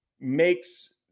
makes